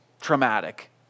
traumatic